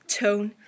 tone